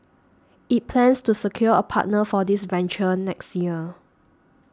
it plans to secure a partner for this venture next year